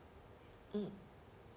mm